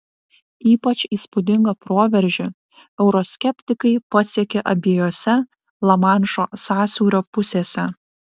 ypač įspūdingą proveržį euroskeptikai pasiekė abiejose lamanšo sąsiaurio pusėse